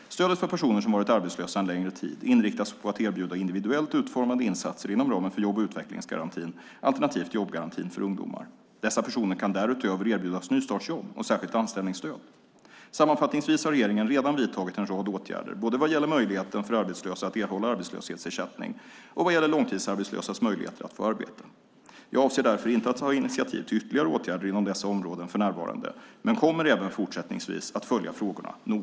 Stödet för personer som varit arbetslösa en längre tid inriktas på att erbjuda individuellt utformade insatser inom ramen för jobb och utvecklingsgarantin alternativt jobbgarantin för ungdomar. Dessa personer kan därutöver erbjudas nystartsjobb och särskilt anställningsstöd. Sammanfattningsvis har regeringen redan vidtagit en rad åtgärder, både vad gäller möjligheten för arbetslösa att erhålla arbetslöshetsersättning och vad gäller långtidsarbetslösas möjligheter att få arbete. Jag avser därför inte att ta initiativ till ytterligare åtgärder inom dessa områden för närvarande men kommer även fortsättningsvis att följa frågorna noga.